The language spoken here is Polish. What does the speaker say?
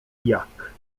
jak